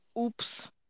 Oops